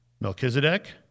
Melchizedek